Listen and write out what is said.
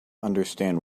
understand